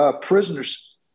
prisoners